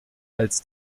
als